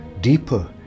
Deeper